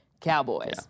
Cowboys